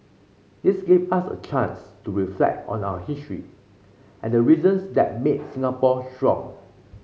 this gave us a chance to reflect on our history and the reasons that made Singapore strong